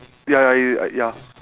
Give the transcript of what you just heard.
ya ya red right ya